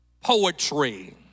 poetry